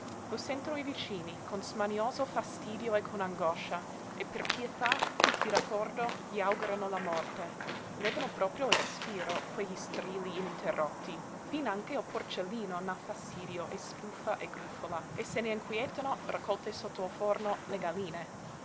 lo sentono i vicini con smanioso fastidio e con angoscia e per pietà tutti d'accordo gli augurano la morte levano proprio il respiro quegli strilli ininterrotti finanche il porcellino n'ha fastidio e sbuffa e grufola e se ne inquietano raccolte sotto il forno le galline